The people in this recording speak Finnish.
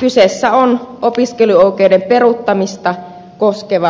kyseessä on opiskeluoikeuden peruuttamista koskeva laki